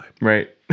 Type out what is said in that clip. Right